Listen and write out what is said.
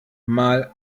mal